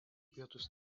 pietus